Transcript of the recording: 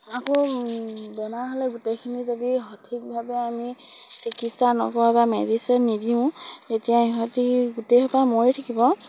আকৌ বেমাৰ হ'লে গোটেইখিনি যদি সঠিকভাৱে আমি চিকিৎসা নকৰোঁ বা মেডিচিন নিদিওঁ তেতিয়া ইহঁতি গোটেইখোপা মৰি থাকিব